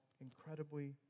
incredibly